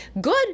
good